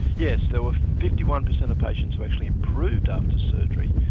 yes, there were fifty one percent of patients who actually improved after surgery,